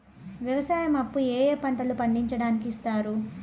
వ్యవసాయం అప్పు ఏ ఏ పంటలు పండించడానికి ఇస్తారు?